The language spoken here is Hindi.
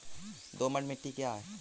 दोमट मिट्टी क्या है?